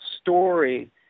story